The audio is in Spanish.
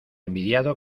envidiado